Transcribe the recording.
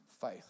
faith